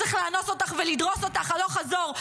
צריך לאנוס אותך ולדרוס אותך הלוך חזור.